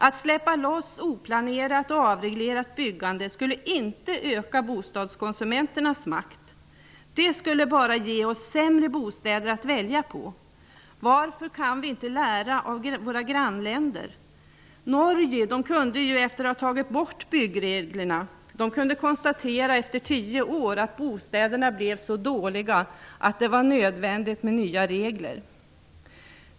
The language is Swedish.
Att släppa loss oplanerat och avreglerat byggande skulle inte öka bostadskonsumenternas makt. Det skulle bara ge oss sämre bostäder att välja på. Varför kan vi inte lära av våra grannländer? I Norge kunde man efter att ha tagit bort byggreglerna konstatera att bostäderna blivit så dåliga att det efter tio år var nödvändigt med nya regler.